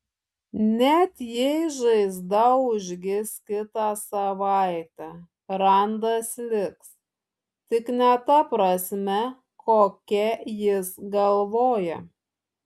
net jei žaizda užgis kitą savaitę randas liks tik ne ta prasme kokia jis galvoja